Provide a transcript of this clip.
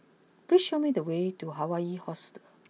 please show me the way to Hawaii Hostel